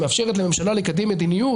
שמאפשרת לממשלה לקדם מדיניות.